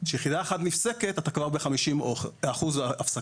כאשר יחידה אחת נפסקת, אתה כבר ב-50 אחוזים הפסקה.